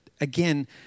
Again